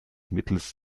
mittels